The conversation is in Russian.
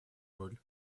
роль